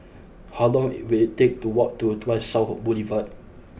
how long it will take to walk to Tuas South Boulevard